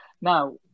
Now